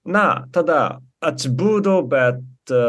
na tada atsibudau bet